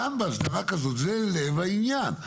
כאן באסדרה כזאת זה לב העניין.